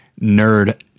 nerd